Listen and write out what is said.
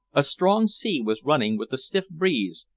a strong sea was running with a stiff breeze,